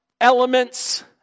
elements